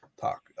talk